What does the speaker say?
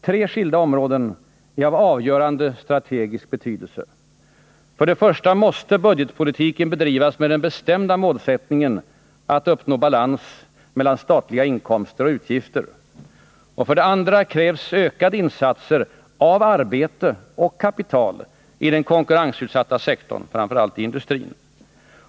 Tre skilda områden är av avgörande strategisk betydelse. För det första måste budgetpolitiken bedrivas med den bestämda målsättningen att uppnå balans mellan statliga inkomster och utgifter. För det andra krävs ökade insatser av arbete och kapital i den konkurrensutsatta sektorn, framför allt i industrin.